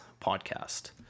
podcast